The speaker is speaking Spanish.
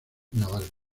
naval